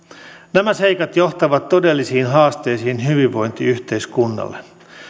nämä seikat johtavat todellisiin haasteisiin hyvinvointiyhteiskunnalle